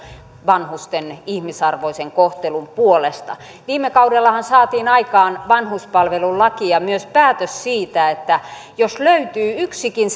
vanhusten ihmisarvoisen kohtelun puolesta viime kaudellahan saatiin aikaan vanhuspalvelulaki ja myös päätös siitä että jos löytyy yksikin